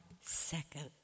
second